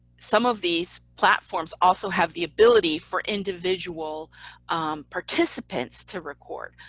some of these platforms also have the ability for individual participants to record.